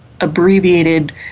abbreviated